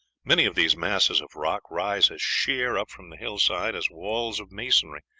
many of these masses of rock rise as sheer up from the hillside as walls of masonry,